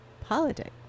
politics